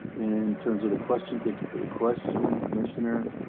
terms of the question, thank you for the question, commissioner.